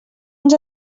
uns